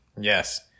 Yes